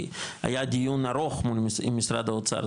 כי היה דיון ארוך עם משרד האוצר,